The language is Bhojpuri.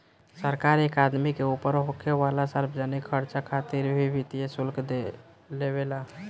सरकार एक आदमी के ऊपर होखे वाला सार्वजनिक खर्चा खातिर भी वित्तीय शुल्क लेवे ला